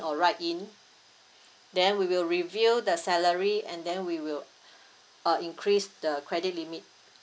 or write in then we will review the salary and then we will uh increase the credit limit